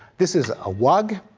this is a wug.